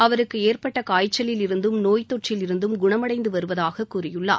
அவருக்கு ஏற்பட்ட காய்ச்சலில் இருந்தும் நோய் தொற்றில் இருந்தும் குணமடைந்து வருவதாக கூறியுள்ளார்